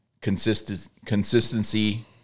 Consistency